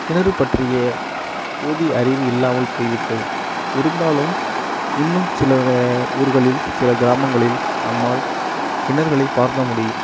கிணறு பற்றிய போதிய அறிவு இல்லாமல் போய்விட்டது இருந்தாலும் இன்னும் சில ஊர்களில் சில கிராமங்களில் நம்மால் கிணறுகளை பார்க்க முடியும்